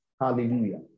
Hallelujah